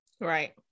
Right